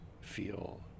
feel